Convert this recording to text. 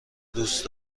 دوست